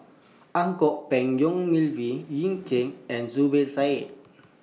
Ang Kok Peng Yong Melvin Yik Chye and Zubir Said